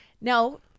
Now